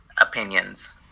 opinions